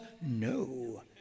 no